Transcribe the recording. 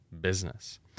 business